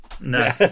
no